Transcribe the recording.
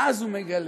ואז הוא מגלה,